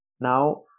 Now